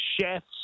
chefs